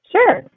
Sure